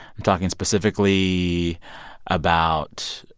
i'm talking specifically about